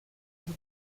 dave